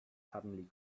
suddenly